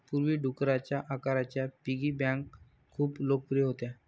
पूर्वी, डुकराच्या आकाराच्या पिगी बँका खूप लोकप्रिय होत्या